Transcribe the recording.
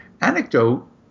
anecdote